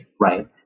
right